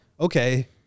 okay